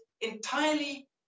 entirely